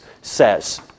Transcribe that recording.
says